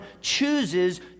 chooses